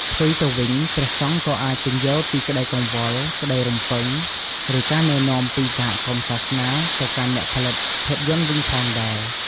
ផ្ទុយទៅវិញ ព្រះសង្ឃក៏អាច ពន្យល់ពីក្តីកង្វល់ ក្តីរំពឹង ឬការណែនាំពីសហគមន៍សាសនា ទៅកាន់អ្នកផលិតភាពយន្តវិញផងដែរ។